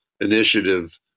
initiative